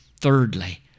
Thirdly